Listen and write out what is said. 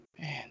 man